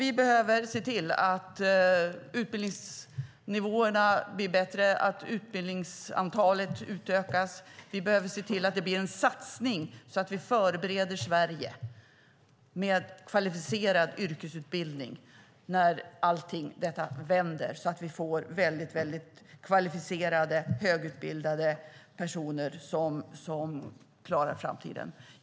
Vi behöver se till att utbildningsnivåerna blir bättre, att antalet utbildningsplatser utökas, att det blir en satsning så att vi förbereder Sverige med kvalificerad yrkesutbildning när allt vänder. På så sätt får vi högt kvalificerade och högutbildade personer som klarar framtiden.